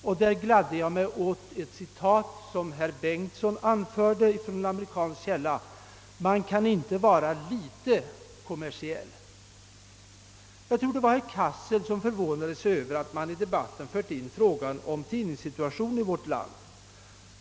Jag gladde mig därför åt ett citat som herr Bengtsson i Varberg anförde från amerikansk källa: »Man kan inte vara litet kommersiell.» Jag tror att det var herr Cassel som förvånade sig över att man i diskussionen förde in tidningssituationen i vårt land.